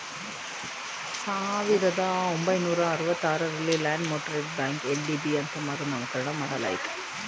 ಸಾವಿರದ ಒಂಬೈನೂರ ಅರವತ್ತ ಆರಲ್ಲಿ ಲ್ಯಾಂಡ್ ಮೋಟರೇಜ್ ಬ್ಯಾಂಕ ಎಲ್.ಡಿ.ಬಿ ಅಂತ ಮರು ನಾಮಕರಣ ಮಾಡಲಾಯಿತು